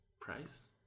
Price